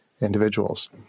individuals